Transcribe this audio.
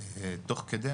תוך כדי,